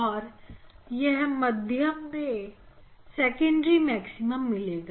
और यहां मध्य में सेकेंड्री मैक्सिमम मिलेगा